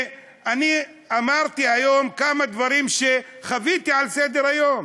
אמרתי היום כמה דברים שחוויתי בסדר-היום,